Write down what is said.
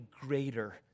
greater